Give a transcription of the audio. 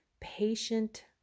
patient